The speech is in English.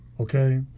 Okay